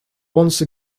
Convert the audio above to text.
once